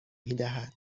میدهد